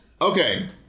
Okay